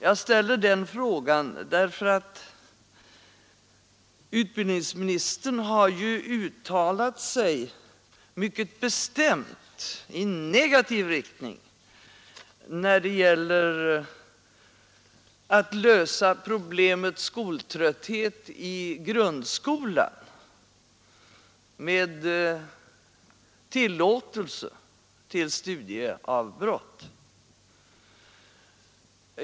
Jag ställer den frågan därför att utbildningsministern mycket bestämt har uttalat sig i negativ riktning när det gäller att lösa problemet skoltrötthet i grundskolan genom att tillåta ett studieavbrott.